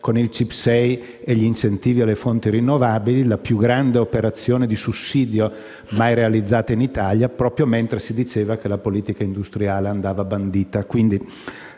con il CIP6 e gli incentivi alle fonti rinnovabili, che furono la più grande operazione di sussidio mai realizzata in Italia proprio mentre si diceva che la politica industriale andava bandita.